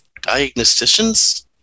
diagnosticians